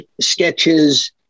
sketches